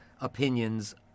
opinions